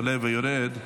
עולה ויורד,